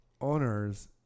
owners